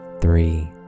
three